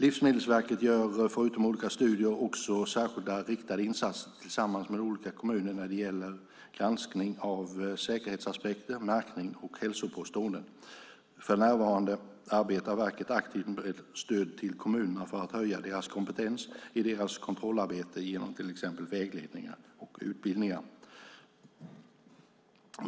Livsmedelsverket gör förutom olika studier också särskilda riktade insatser tillsammans med olika kommuner när det gäller granskning av säkerhetsaspekter, märkning och hälsopåståenden. För närvarande arbetar verket aktivt med stöd till kommunerna för att höja deras kompetens i deras kontrollarbete genom till exempel vägledningar och utbildningar.